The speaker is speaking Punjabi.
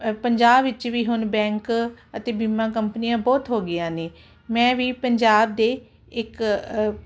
ਪੰਜਾਬ ਵਿੱਚ ਵੀ ਹੁਣ ਬੈਂਕ ਅਤੇ ਬੀਮਾ ਕੰਪਨੀਆਂ ਬਹੁਤ ਹੋ ਗਈਆਂ ਨੇ ਮੈਂ ਵੀ ਪੰਜਾਬ ਦੇ ਇੱਕ